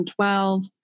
2012